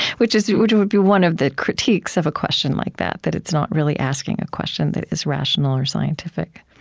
which would would be one of the critiques of a question like that, that it's not really asking a question that is rational or scientific.